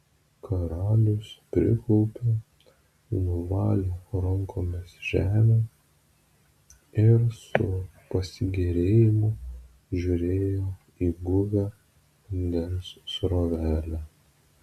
karalius priklaupė nuvalė rankomis žemę ir su pasigėrėjimu žiūrėjo į guvią vandens srovelę